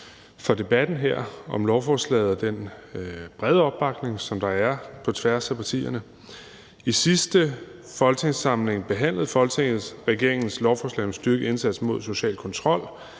for debatten om lovforslaget og for den brede opbakning, der er på tværs af partierne. I sidste folketingssamling behandlede Folketinget regeringens lovforslag om en styrket indsats mod social kontrol.